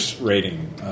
rating